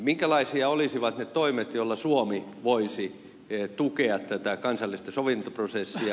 minkälaisia olisivat ne toimet joilla suomi voisi tukea tätä kansallista sovintoprosessia